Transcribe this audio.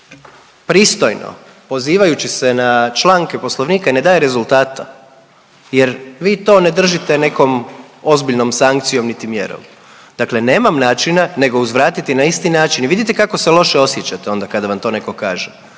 pristojno pozivajući se na članke Poslovnika ne daje rezultata, jer vi to ne držite nekom ozbiljnom sankcijom niti mjerom. Dakle, nemam načina nego uzvratiti na isti način. I vidite kako se loše osjećate onda kada vam to netko kaže.